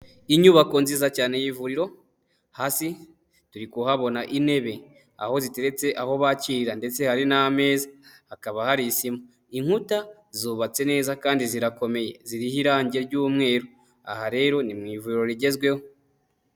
Inyubako nziza cyane y'ivuriro hasi turi kuhabona intebe aho ziteretse aho bakirira ndetse hari n'ameza, hakaba hari isima inkuta zubatse neza kandi zirakomeye ziriho irangi ry'umweru aha rero ni mu ivuriro rigezweho.